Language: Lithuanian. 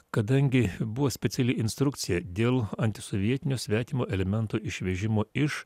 kadangi buvo speciali instrukcija dėl antisovietinio svetimo elemento išvežimo iš